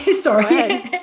Sorry